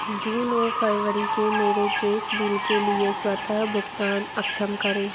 जून और फरवरी के मेरे गैस बिल के लिए स्वतः भुगतान अक्षम करें